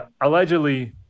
allegedly